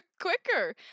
quicker